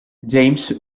james